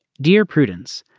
dear prudence.